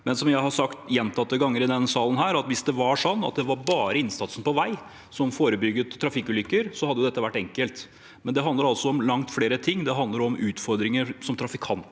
Som jeg har sagt gjentatte ganger i denne salen: Hvis det var sånn at det bare var innsatsen på vei som forebygget trafikkulykker, hadde dette vært enkelt, men det handler altså om langt flere ting. Det handler om utfordringer som trafikanten